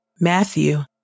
Matthew